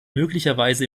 möglicherweise